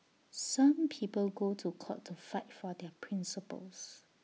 some people go to court to fight for their principles